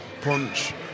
punch